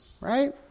right